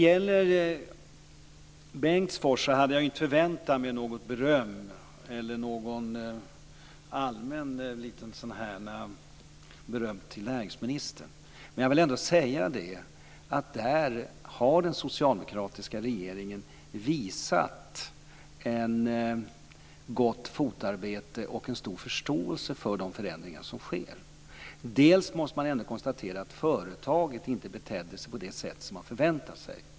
Jag hade inte förväntat mig något beröm till näringsministern när det gäller Bengtsfors, men jag vill ändå säga att den socialdemokratiska regeringen visat ett gott fotarbete och en stor förståelse för de förändringar som sker där. Man måste konstatera att företaget inte betedde sig på det sätt som man förväntar sig.